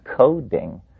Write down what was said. coding